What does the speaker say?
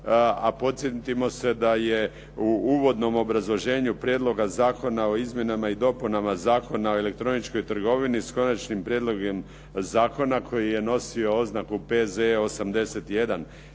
a podsjetimo se da je u uvodnom obrazloženju Prijedloga zakona o izmjenama i dopunama Zakona o elektroničkoj trgovini s konačnim prijedlogom zakona koji je nosio oznaku P.Z.